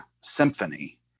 symphony